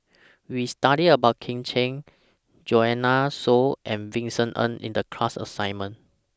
We studied about Kit Chan Joanne Soo and Vincent Ng in The class assignment